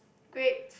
great